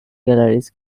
galleries